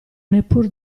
neppur